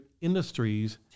industries